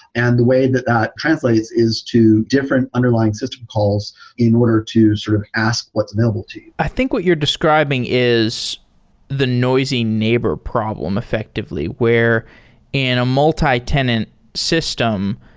and the way that that translates is to different underlying system calls in order to sort of ask what's available to you i think what you're describing is the noisy neighbor problem effectively, where in a multi-tenant system,